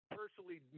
personally